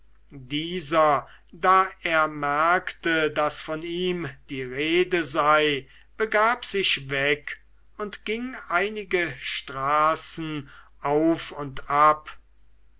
dieser da er merkte daß von ihm die rede sei begab sich weg und ging einige straßen auf und ab